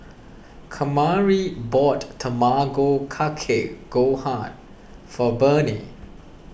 Kamari bought Tamago Kake Gohan for Bernie